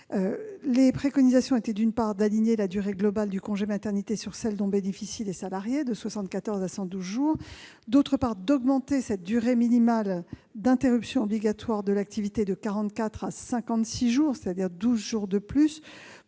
Les préconisations étaient, d'une part, d'aligner la durée globale du congé maternité sur celle dont bénéficient les salariées de 74 à 112 jours, et, d'autre part, d'augmenter la durée minimale d'interruption obligatoire de l'activité de 44 à 56 jours, soit 12 jours de plus,